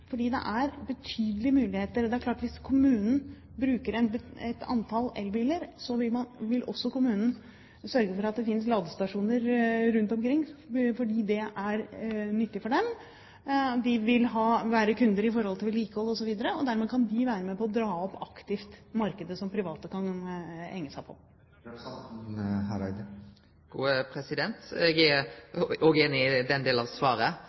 er betydelige muligheter. Det er klart at hvis kommunen bruker et antall elbiler, så vil også kommunen sørge for at det fins ladestasjoner rundt omkring, fordi det er nyttig for dem. De vil være kunder i forbindelse med vedlikehold osv., og dermed kan de aktivt være med og dra opp markedet som private kan henge seg på. Eg er òg einig i den delen av svaret